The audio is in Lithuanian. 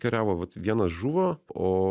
kariavo vat vienas žuvo o